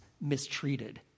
mistreated